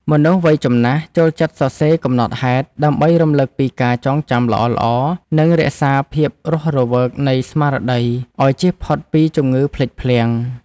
មនុស្សវ័យចំណាស់ ចូលចិត្តសរសេរកំណត់ហេតុដើម្បីរំលឹកពីការចងចាំល្អៗ និងរក្សាភាពរស់រវើកនៃស្មារតីឱ្យជៀសផុតពីជំងឺភ្លេចភ្លាំង។